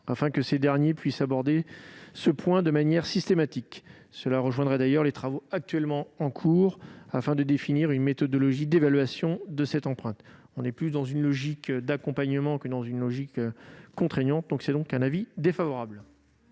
afin que ces derniers puissent aborder ce point de manière systématique. Cela rejoindrait d'ailleurs les travaux en cours visant à définir une méthodologie d'évaluation de cette empreinte. Nous nous positionnons plus dans une logique d'accompagnement que dans une logique contraignante. La commission a donc émis un avis défavorable